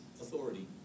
authority